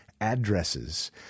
addresses